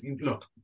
look